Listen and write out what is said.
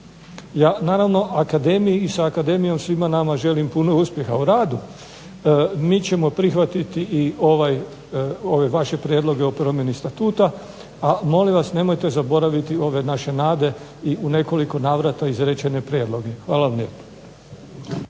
Ja naravno akademiji i svima nama želim puno uspjeha u radu, mi ćemo prihvatiti ove vaše prijedloge o promjeni statuta ali molim vas nemojte zaboraviti ove naše nade i u nekoliko navrata izrečene prijedloge. Hvala vam lijepo.